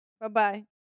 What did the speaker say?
Bye-bye